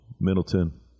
Middleton